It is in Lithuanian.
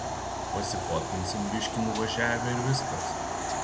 pasifotkinsim biškį nuvažiavę ir viskas